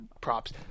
props